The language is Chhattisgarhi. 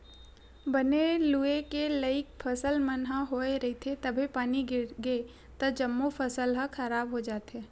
बने लूए के लइक फसल मन ह होए रहिथे तभे पानी गिरगे त जम्मो फसल ह खराब हो जाथे